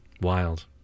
Wild